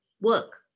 Work